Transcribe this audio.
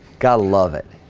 gotta love it.